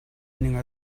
ning